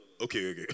Okay